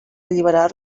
alliberar